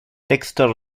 texto